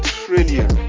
trillion